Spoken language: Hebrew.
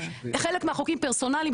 חלק מהחוקים פרסונליים,